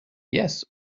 yes